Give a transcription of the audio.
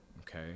Okay